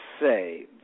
say